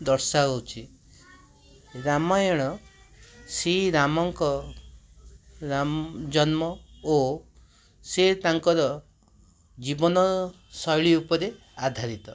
ଦର୍ଶାଉଛି ରାମାୟଣ ଶ୍ରୀରାମଙ୍କ ରାମ ଜନ୍ମ ଓ ସେ ତାଙ୍କର ଜୀବନଶୈଳୀ ଉପରେ ଆଧାରିତ